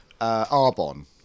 arbon